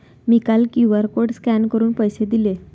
मी काल QR code scan करून पैसे दिले